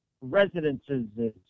residences